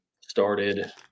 started